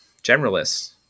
generalists